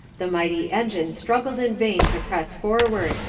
the mighty engine struggled in vain to press forward,